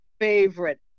favorite